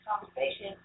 conversation